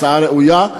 הצעה ראויה,